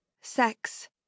Sex